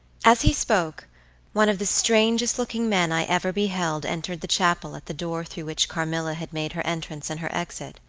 as he spoke one of the strangest looking men i ever beheld entered the chapel at the door through which carmilla had made her entrance and her exit.